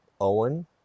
Owen